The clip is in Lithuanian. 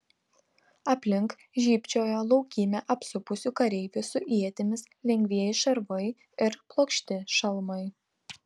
aplink žybčiojo laukymę apsupusių kareivių su ietimis lengvieji šarvai ir plokšti šalmai